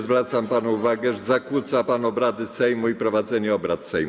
Zwracam panu uwagę, że zakłóca pan obrady Sejmu i prowadzenie obrad Sejmu.